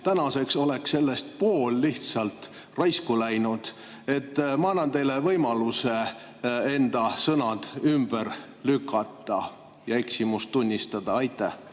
tänaseks pool lihtsalt raisku läinud. Ma annan teile võimaluse enda sõnad ümber lükata ja oma eksimust tunnistada. Aitäh!